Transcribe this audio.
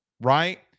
right